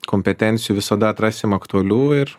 kompetencijų visada atrasim aktualių ir